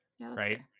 Right